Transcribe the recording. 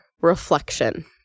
reflection